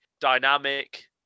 dynamic